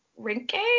Rinke